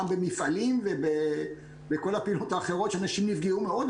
גם במפעלים ובכל הפעילות שאנשים נפגעו מאוד,